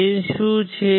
gain શું છે